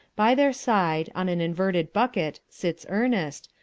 by their side, on an inverted bucket, sits ernest,